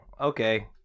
Okay